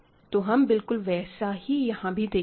तो हम बिलकुल वैसा ही यहां भी देखेंगे